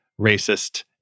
racist